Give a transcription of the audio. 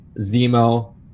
Zemo